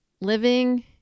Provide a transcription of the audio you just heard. Living